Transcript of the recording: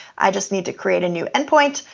i just need to create a new endpoint,